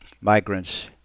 migrants